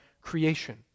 creation